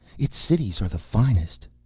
its cities are the finest.